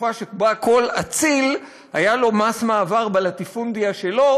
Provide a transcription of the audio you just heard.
לתקופה שבה כל אציל היה לו מס מעבר בלטיפונדיה שלו.